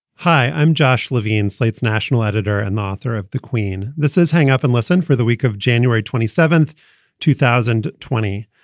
hi, i'm josh levine, slate's national editor and author of the queen, this is hang up and listen for the week of january twenty seventh two thousand twenty.